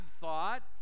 thought